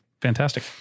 fantastic